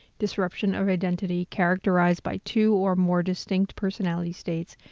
disruption of identity characterized by two or more distinct personality states,